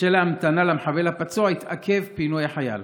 ובשל ההמתנה למחבל הפצוע התעכב פינוי החייל.